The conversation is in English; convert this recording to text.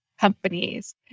companies